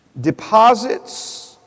deposits